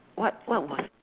what what was